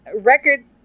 records